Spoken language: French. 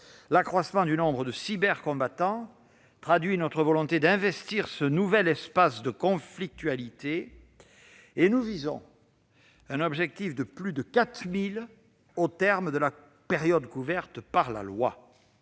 L'accroissement du nombre de cybercombattants traduit notre volonté d'investir ce nouvel espace de conflictualité. Nous visons un objectif de plus de 4 000 au terme de la période couverte par la LPM.